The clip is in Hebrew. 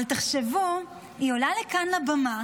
אבל תחשבו: היא עולה לכאן לבמה